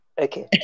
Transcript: okay